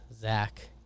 Zach